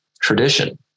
tradition